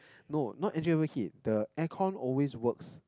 no not engine overheat the air con always works